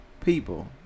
people